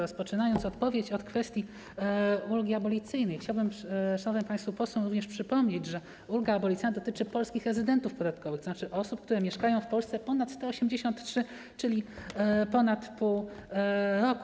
Rozpoczynając odpowiedź od kwestii ulgi abolicyjnej, chciałbym szanownym państwu posłom również przypomnieć, że ulga abolicyjna dotyczy polskich rezydentów podatkowych, tzn. osób, które mieszkają w Polsce ponad 183 dni, czyli ponad pół roku.